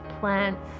plants